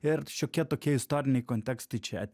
ir šiokie tokie istoriniai kontekstai čia